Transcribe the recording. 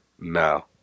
No